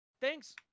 thanks